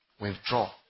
withdraw